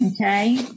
Okay